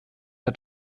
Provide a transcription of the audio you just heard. der